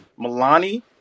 Milani